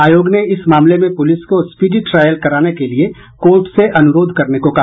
आयोग ने इस मामले में पूलिस को स्पीडी ट्रायल कराने के लिए कोर्ट से अनुरोध करने को कहा